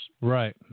Right